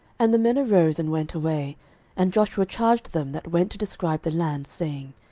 and the men arose, and went away and joshua charged them that went to describe the land, saying,